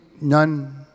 none